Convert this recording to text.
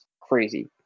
crazy